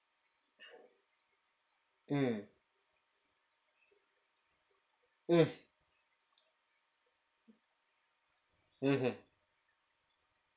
mm mm mmhmm